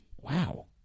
Wow